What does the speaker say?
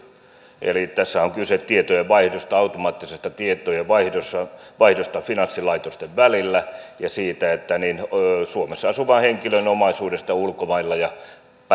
eli tässä on kyse automaattisesta tietojenvaihdosta finanssilaitosten välillä ja suomessa asuvan henkilön omaisuudesta ulkomailla ja päinvastoin